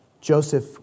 Joseph